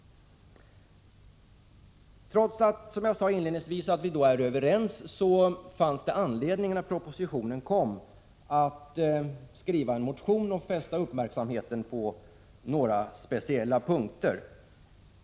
Trots att vi är överens, som jag sade inledningsvis, fanns det anledning att då propositionen framlades skriva en motion och fästa riksdagens uppmärksamhet på några speciella punkter.